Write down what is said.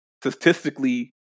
statistically